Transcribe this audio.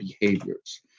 behaviors